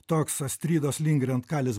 toks astridos lindgren kalis